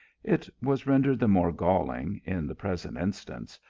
it was rendered the more galling in the present instance,